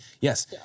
yes